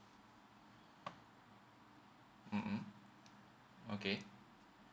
mmhmm okay